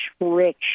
rich